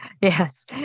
Yes